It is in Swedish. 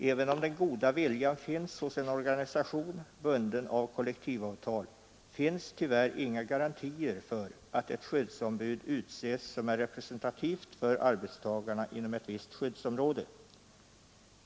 Även om den goda viljan finns hos en organisation bunden av kollektivavtal finns tyvärr inga garantier för att ett skyddsombud utses som är representativt för arbetstagarna inom ett visst skyddsområde.